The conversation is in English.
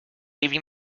leaving